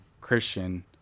Christian